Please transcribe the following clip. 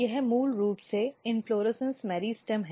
यह मूल रूप से इन्फ्लोरेसन्स मेरिस्टेम है